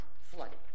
flooded